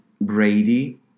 Brady